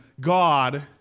God